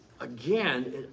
again